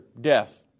death